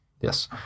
Yes